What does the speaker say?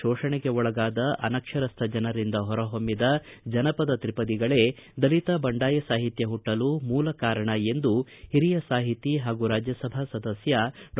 ಶೋಷಣೆಗೆ ಒಳಗಾದ ಅನಕ್ಷರಸ್ಥ ಜನರಿಂದ ಹೊರಹೊಮ್ಗಿದ ಜನಪದ ತ್ರಿಪದಿಗಳೇ ದಲಿತ ಬಂಡಾಯ ಸಾಹಿತ್ಯ ಹುಟ್ಟಲು ಮೂಲ ಕಾರಣ ಎಂದು ಹಿರಿಯ ಸಾಹಿತಿ ಹಾಗೂ ರಾಜ್ಯಸಭಾ ಸದಸ್ಯ ಡಾ